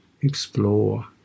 Explore